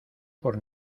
por